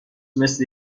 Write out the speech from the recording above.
مثل